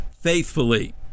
faithfully